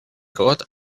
coat